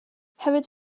hefyd